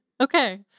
Okay